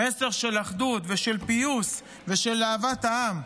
מסר של אחדות ושל פיוס ושל אהבת העם.